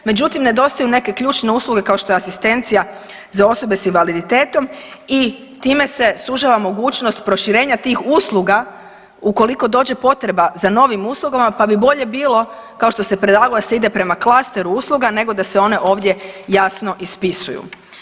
Međutim, nedostaju neke ključne usluge kao što je asistencija za osobe sa invaliditetom i time se sužava mogućnost proširenja tih usluga ukoliko dođe potreba za novim uslugama, pa bi bolje bilo kao što se predlagalo da se ide prema klasteru usluga, nego da se one ovdje jasno ispisuju.